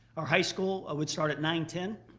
our high school would start at nine ten.